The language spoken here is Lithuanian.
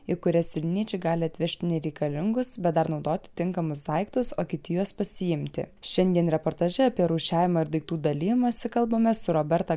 į kurias vilniečiai gali atvežti nereikalingus bet dar naudoti tinkamus daiktus o kiti juos pasiimti šiandien reportaže apie rūšiavimą ir daiktų dalijimąsi kalbamės su roberta